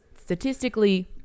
statistically